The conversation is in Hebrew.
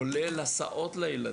כולל הסעות לילדים.